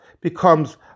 becomes